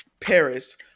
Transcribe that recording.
Paris